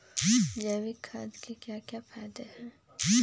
जैविक खाद के क्या क्या फायदे हैं?